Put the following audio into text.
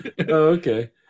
okay